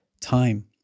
time